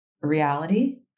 reality